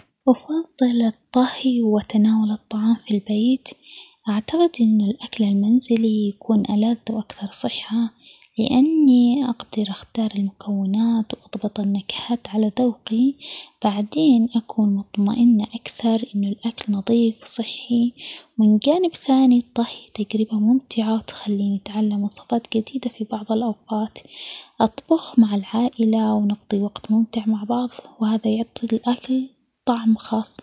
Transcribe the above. أفظل الطهى وتناول الطعام فى البيت ،أعتقد أنه الاكل المنزلي يكون ألذ وأكثر صحة؛ لأنى اقدر أختار المكونات وأضبط النكهات على ذوقي بعدين أكون مطمئنة أكثر إنه الأكل نضيف وصحي ، ومن جانب ثانى الطهي تجربة ممتعة وتخليني أتعلم وصفات جديدة في بعض الأوقات ،أطبخ مع العائلة ونقضى وقت ممتع مع بعظ وهذا يعطى الأكل طعم خاص.